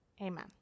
Amen